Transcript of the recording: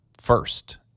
first